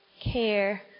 care